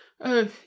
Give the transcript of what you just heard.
Oh